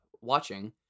watching